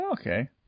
okay